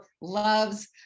loves